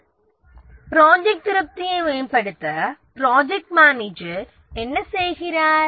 வேலை திருப்தியை மேம்படுத்த ப்ராஜெக்ட் மேனேஜர் என்ன செய்கிறார்